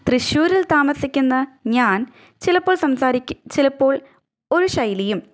തൃശ്ശൂരിൽ താമസിക്കുന്ന ഞാൻ ചിലപ്പോൾ സംസാരിക്ക് ചിലപ്പോൾ ഒരു ശൈലിയും